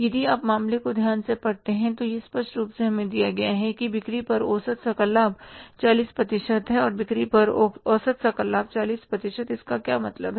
यदि आप मामले को ध्यान से पढ़ते हैं तो यह स्पष्ट रूप से हमें दिया गया है कि बिक्री पर औसत सकल लाभ 40 प्रतिशत है बिक्री पर औसत सकल लाभ 40 प्रतिशत इसका क्या मतलब है